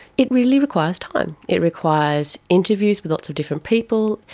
it really requires time. it requires interviews with lots of different people.